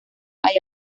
hay